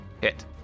Hit